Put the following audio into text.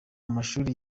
mashuri